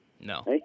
No